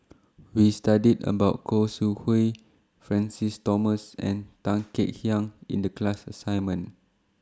We studied about Khoo Sui Hoe Francis Thomas and Tan Kek Hiang in The class assignment